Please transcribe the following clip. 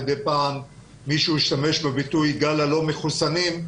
מדי פעם מישהו השתמש בביטוי גל הלא מחוסנים,